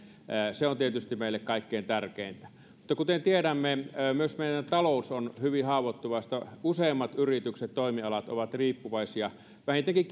se on meille tietysti kaikkein tärkeintä mutta kuten tiedämme myös meidän taloutemme on hyvin haavoittuvaista useimmat yritykset toimialat ovat riippuvaisia vähintäänkin